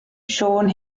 siôn